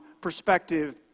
perspective